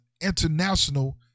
international